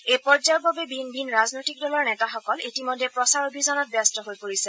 এই পৰ্যায়ৰ বাবে ভিন ভিন ৰাজনৈতিক দলৰ নেতাসকল ইতিমধ্যে প্ৰচাৰ অভিযানত ব্যস্ত হৈ পৰিছে